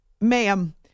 ma'am